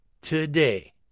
today